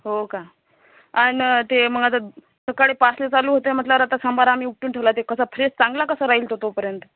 हो का आणि ते मग आता सकाळी पाचला चालू होते म्हटल्यावर आता सांबार आम्ही उपटून ठेवला आहे ते कसा फ्रेश चांगला कसा राहील तो तोपर्यंत